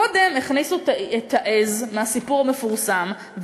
קודם הכניסו את העז מהסיפור המפורסם,